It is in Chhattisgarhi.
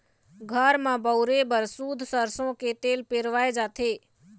घर म बउरे बर सुद्ध सरसो के तेल पेरवाए जाथे